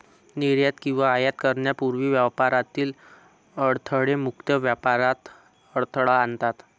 निर्यात किंवा आयात करण्यापूर्वी व्यापारातील अडथळे मुक्त व्यापारात अडथळा आणतात